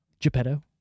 Geppetto